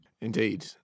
Indeed